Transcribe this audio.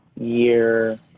year